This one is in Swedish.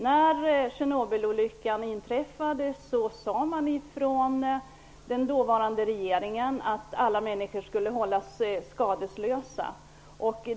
När Tjernobylolyckan inträffade sade man från den dåvarande regeringen att alla människor skulle hållas skadeslösa.